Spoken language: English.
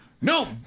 No